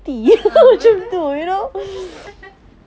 a'ah betul